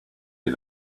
you